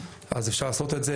אז אפשר לעשות את זה.